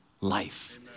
life